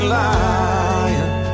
lying